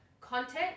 content